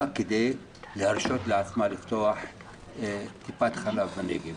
כדי להרשות לעצמה לפתוח טיפת חלב בנגב.